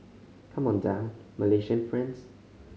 come on down Malaysian friends